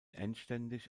endständig